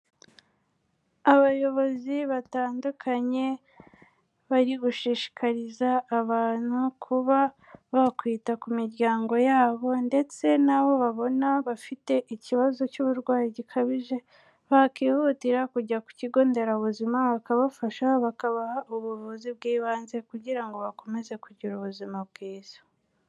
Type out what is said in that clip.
Abayobozi batandukanye, bari gushishikariza abantu kuba, bakwita ku miryango yabo ndetse n'abo babona bafite ikibazo cy'uburwayi gikabije, bakihutira kujya ku kigo nderabuzima bakabafasha, bakabaha ubuvuzi bw'ibanze kugira ngo bakomeze kugira ubuzima bwiza.